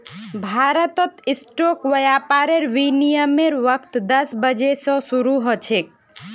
भारतत स्टॉक व्यापारेर विनियमेर वक़्त दस बजे स शरू ह छेक